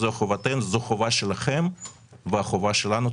זו החובה שלכם והחובה שלנו.